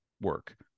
work